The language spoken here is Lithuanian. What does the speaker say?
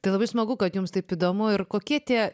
tai labai smagu kad jums taip įdomu ir kokie tie